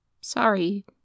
sorry